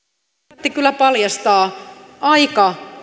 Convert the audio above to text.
debatti kyllä paljastaa aika